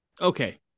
okay